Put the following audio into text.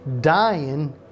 dying